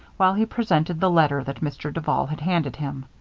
while he presented the letter that mr. duval had handed him.